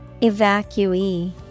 Evacuee